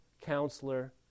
Counselor